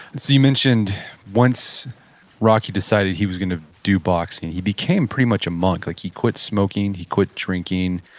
so you mentioned once rocky decided he was going to do boxing, he became pretty much a monk. like he quit smoking, he quit drinking.